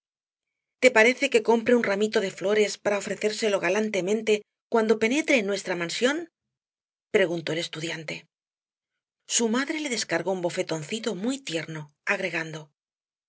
te parece que compre un ramito de flores para ofrecérselo galantemente cuando penetre en nuestra mansión preguntó el estudiante su madre le descargó un bofetoncito muy tierno agregando